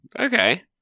Okay